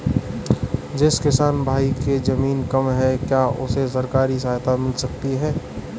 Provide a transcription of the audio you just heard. जिस किसान भाई के ज़मीन कम है क्या उसे सरकारी सहायता मिल सकती है?